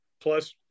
plus